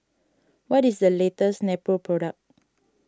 what is the latest Nepro product